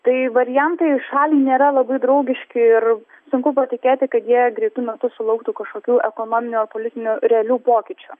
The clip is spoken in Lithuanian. tai variantai šaliai nėra labai draugiški ir sunku patikėti kad jie greitu metu sulauktų kažkokių ekonominių ar politinių realių pokyčių